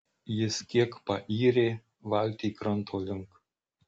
jis kiek payrė valtį kranto link